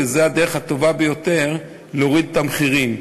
וזו הדרך הטובה ביותר להוריד את המחירים,